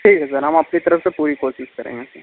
ठीक है सर हम अपनी तरफ से पूरी कोशिश करेंगे सर